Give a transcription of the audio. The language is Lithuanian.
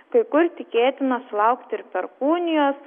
kai kur tikėtina sulaukti ir perkūnijos